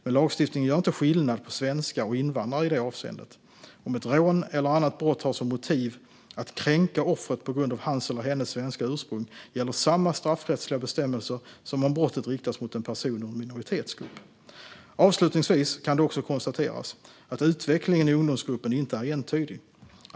Men lagstiftningen gör inte skillnad på svenskar och invandrare i det avseendet. Om ett rån eller annat brott har som motiv att kränka offret på grund av hans eller hennes svenska ursprung gäller samma straffrättsliga bestämmelser som om brottet riktats mot en person ur en minoritetsgrupp. Avslutningsvis kan det också konstateras att utvecklingen i ungdomsgruppen inte är entydig.